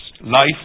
life